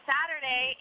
Saturday